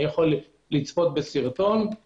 אני יכול לצפות בסרטון, לומר: